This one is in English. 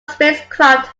spacecraft